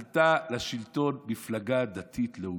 עלתה לשלטון מפלגה דתית-לאומית.